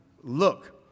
Look